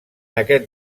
aquest